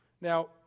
Now